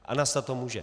A nastat to může.